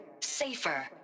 safer